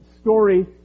story